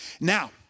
Now